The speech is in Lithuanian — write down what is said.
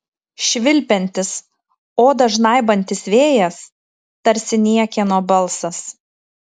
švilpiantis odą žnaibantis vėjas tarsi niekieno balsas